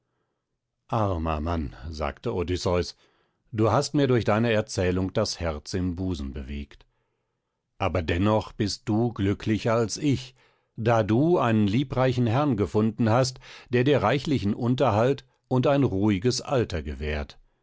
armer mann sagte odysseus du hast mir durch deine erzählung das herz im busen bewegt aber dennoch bist du glücklicher als ich da du einen liebreichen herrn gefunden hast der dir reichlichen unterhalt und ein ruhiges alter gewährt